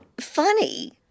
funny